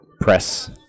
press